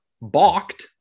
balked